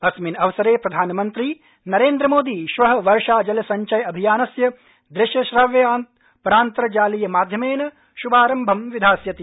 अस्मिन् अवसरे प्रधानमन्त्री नरेन्द्रमोदी श्व वर्षा जल संचय अभियानस्य दूश्यश्रव्यपरान्तर्जालीय माध्यमेन श्भारंभं विधास्यति